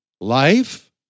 life